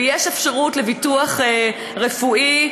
ויש אפשרות לביטוח רפואי,